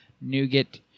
nougat